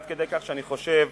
עד כדי כך שאני חושב